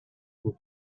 from